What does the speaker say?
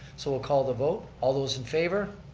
so we'll call the vote, all those in favor?